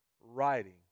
writing